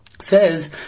says